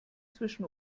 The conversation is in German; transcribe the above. zwischen